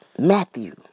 Matthew